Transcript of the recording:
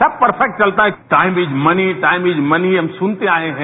सब परफैक्ट चलता है time is money time is money हम सुनते आए हैं